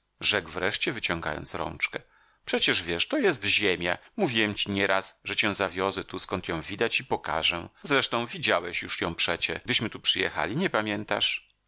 rzekł wreszcie wyciągając rączkę przecież wiesz to jest ziemia mówiłem ci nieraz że cię zawiozę tu skąd ją widać i pokażę zresztą widziałeś już ją przecie gdyśmy tu przyjechali nie pamiętasz